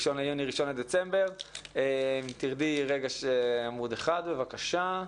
מ-1.6 עד 1.12. תרדי רגע לעמוד 1 בבקשה,